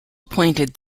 appointed